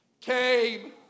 came